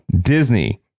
Disney